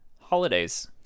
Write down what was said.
holidays